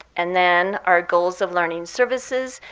and then our goals of learning services,